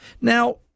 Now